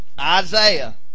Isaiah